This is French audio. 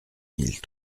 mille